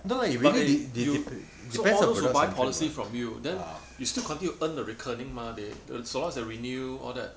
but they you so all those that buy policies from you then you still continue to earn the recurring mah so long as they renew all that